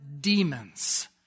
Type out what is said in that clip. demons